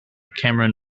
cameron